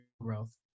growth